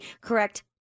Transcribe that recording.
correct